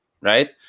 Right